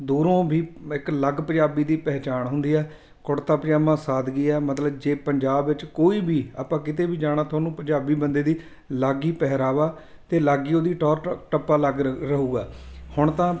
ਦੂਰੋਂ ਵੀ ਇੱਕ ਅਲੱਗ ਪੰਜਾਬੀ ਦੀ ਪਹਿਚਾਣ ਹੁੰਦੀ ਹੈ ਕੁੜਤਾ ਪਜਾਮਾ ਸਾਦਗੀ ਹੈ ਮਤਲਬ ਜੇ ਪੰਜਾਬ ਵਿੱਚ ਕੋਈ ਵੀ ਆਪਾਂ ਕਿਤੇ ਵੀ ਜਾਣਾ ਤੁਹਾਨੂੰ ਪੰਜਾਬੀ ਬੰਦੇ ਦੀ ਅਲੱਗ ਹੀ ਪਹਿਰਾਵਾ ਅਤੇ ਅਲੱਗ ਹੀ ਉਹਦੀ ਟੌਰ ਟ ਟੱਪਾ ਲੱਗ ਰ ਰਹੇਗਾ ਹੁਣ ਤਾਂ